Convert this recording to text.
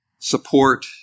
support